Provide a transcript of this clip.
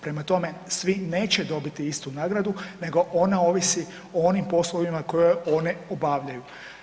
Prema tome, svi neće dobiti istu nagradu, nego ona ovisi o onim poslovima koje oni obavljaju.